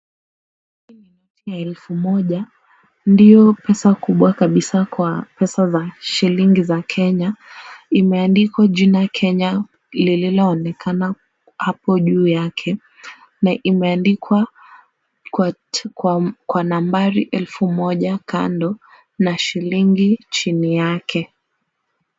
Hii ni noti ya elfu moja, ndiyo pesa kubwa kabisaa kwa pesa za shilingi za Kenya. Imeandikwa jina Kenya lililoonekana hapo juu yake na imeandikwa kwa nambari elfu moja kando na shilingi chini yake.